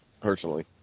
personally